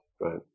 Right